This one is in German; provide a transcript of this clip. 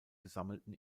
gesammelten